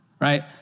right